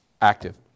active